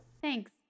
Thanks